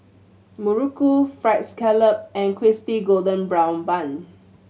muruku Fried Scallop and Crispy Golden Brown Bun